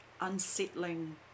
unsettling